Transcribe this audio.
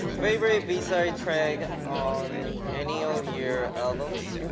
favorite b-side track on any of your albums?